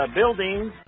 buildings